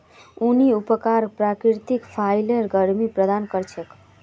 ऊनी कपराक प्राकृतिक फाइबर गर्मी प्रदान कर छेक